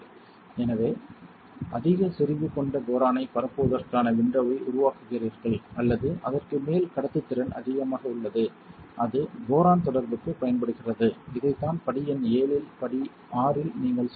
எனவே அதிக செறிவு கொண்ட போரானைப் பரப்புவதற்கான விண்டோவை உருவாக்குகிறீர்கள் அல்லது அதற்கு மேல் கடத்துத்திறன் அதிகமாக உள்ளது அது போரான் தொடர்புக்கு பயன்படுகிறது இதைத்தான் படி எண் 7 இல் படி 6 இல் நீங்கள் செய்துள்ளீர்கள்